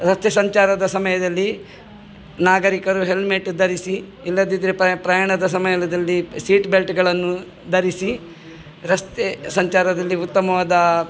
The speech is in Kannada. ರಸ್ತೆ ಸಂಚಾರದ ಸಮಯದಲ್ಲಿ ನಾಗರೀಕರು ಹೆಲ್ಮೆಟ್ ಧರಿಸಿ ಇಲ್ಲದಿದ್ದರೆ ಪ್ರಯಾಣದ ಸಮಯದಲ್ಲಿ ಸೀಟ್ ಬೆಲ್ಟ್ಗಳನ್ನು ಧರಿಸಿ ರಸ್ತೆ ಸಂಚಾರದಲ್ಲಿ ಉತ್ತಮವಾದ